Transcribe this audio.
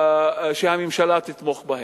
שהממשלה תתמוך בהם.